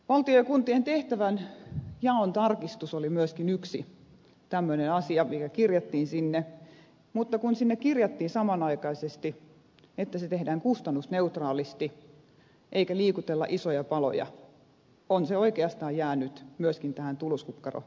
valtion ja kuntien tehtävänjaon tarkistus oli myöskin yksi tämmöinen asia mikä kirjattiin sinne mutta kun sinne kirjattiin samanaikaisesti että se tehdään kustannusneutraalisti eikä liikutella isoja paloja on se oikeastaan jäänyt myöskin tähän tuluskukkarovaiheeseen